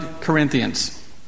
Corinthians